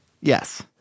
Yes